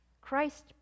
Christ